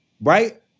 right